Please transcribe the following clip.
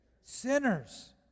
Sinners